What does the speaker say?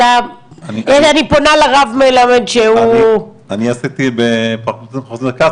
הנה אני פונה לרב מלמד שהוא --- אני עשיתי בפרקליטות מחוז מרכז,